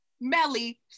Melly